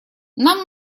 нам